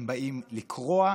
הם באים לקרוע,